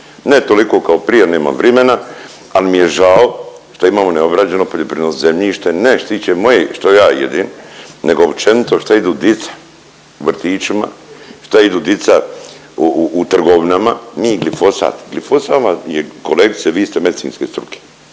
ne toliko kao prije, nemam vrimena, al mi je žao što imamo neobrađeno poljoprivredno zemljište, ne što se tiče mojeg što ja jedem nego općenito šta idu dica u vrtićima, šta idu dica u trgovinama. Mi glifosat, glifosat vam je, kolegice vi ste medicinske struke,